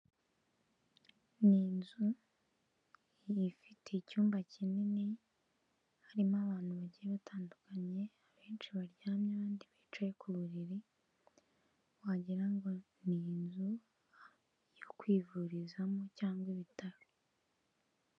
Ni inzu ifite icyumba kinini harimo abantu bagiye batandukanye benshi baryamye abandi bicaye ku buriri, wagira ngo ni inzu yo kwivurizamo cyangwa ibitaro.